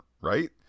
right